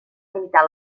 limitar